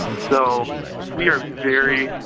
so we are very,